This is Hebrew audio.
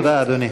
תודה, אדוני.